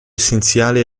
essenziale